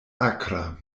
akra